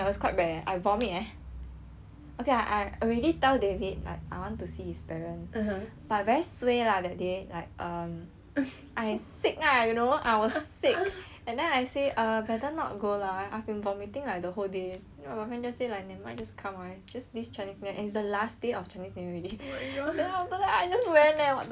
okay I already tell david like I want to see his parents but I very suay lah that day like err I sick lah you know I was sick and then I say err better not go lah I have been vomiting like the whole day then my boyfriend just say like never mind just come ah it's just this chinese new year and is the last day of chinese new year already that after that I just went eh what the hell then 我 just 讲